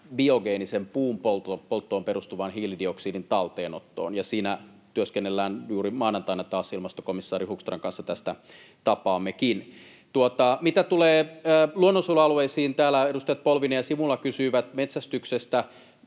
biogeeniseen puunpolttoon perustuvan hiilidioksidin talteenottoon, ja siinä työskennellään — juuri maanantaina taas ilmastokomissaari Hoekstran kanssa tästä tapaammekin. Mitä tulee luonnonsuojelualueisiin, täällä edustajat Polvinen ja Simula kysyivät metsästyksestä.